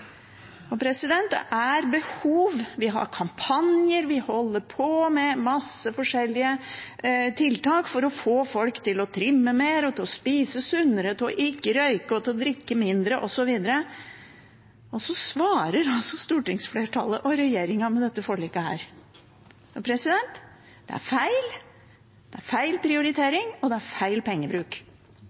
Det er behov. Vi har kampanjer, vi holder på med masse forskjellige tiltak for å få folk til å trimme mer, til å spise sunnere, til ikke å røyke, til å drikke mindre, osv. Og så svarer altså stortingsflertallet og regjeringen med dette forliket. Det er feil. Det er feil prioritering, og det er feil pengebruk.